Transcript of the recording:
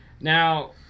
Now